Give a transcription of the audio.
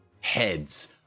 heads